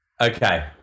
Okay